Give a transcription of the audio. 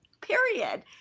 period